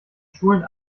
schulen